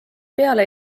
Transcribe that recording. peale